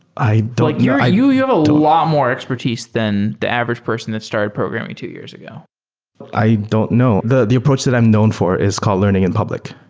like yeah you you have a lot more expertise than the average person that started programming two years ago i don't know. the the approach that i'm known for is called learning in public,